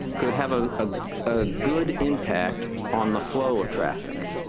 could have a ah ah good impact on the flow of traffic.